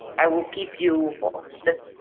i will keep you posted.